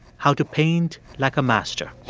how to paint like a master